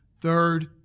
third